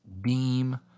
beam